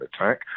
attack